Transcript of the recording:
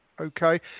okay